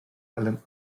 allem